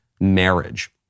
Marriage